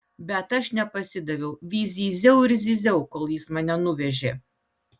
bet aš nepasidaviau vis zyziau ir zyziau kol jis mane nuvežė